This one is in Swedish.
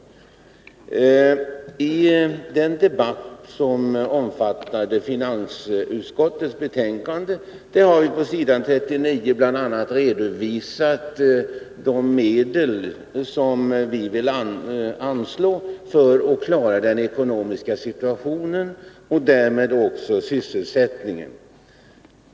Beträffande den debatt som gäller vad som behandlas i finansutskottets betänkande har vi på s. 39 i betänkandet bl.a. redovisat de medel som vi vill anslå för att man skall kunna klara den ekonomiska situationen och därmed också sysselsättningen.